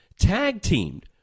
tag-teamed